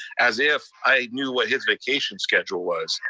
as if i knew what his vacation schedule was.